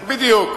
בדיוק.